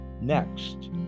next